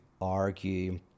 argue